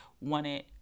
wanted